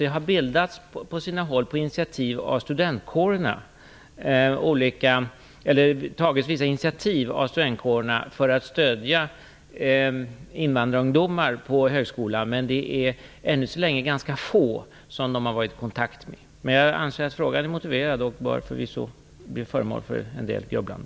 Det har på sina håll tagits vissa initiativ av studentkårerna för att stödja invandrarungdomar på högskola. Men det är ännu så länge ganska få som de har varit i kontakt med.